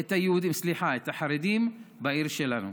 את החרדים בעיר שלנו.